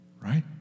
right